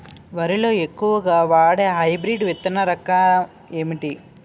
వరి లో ఎక్కువుగా వాడే హైబ్రిడ్ విత్తన రకం ఏంటి?